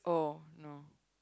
oh no